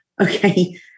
okay